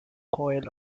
coil